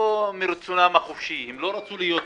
לא מרצונם החופשי, הם לא רצו להיות כאן,